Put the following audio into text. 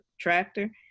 tractor